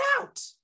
out